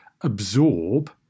absorb